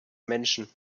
menschen